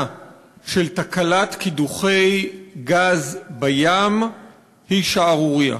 של תקלת קידוחי גז בים היא שערורייה.